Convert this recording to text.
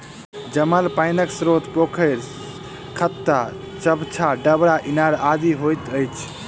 जमल पाइनक स्रोत पोखैर, खत्ता, चभच्चा, डबरा, इनार इत्यादि होइत अछि